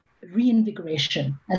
reinvigoration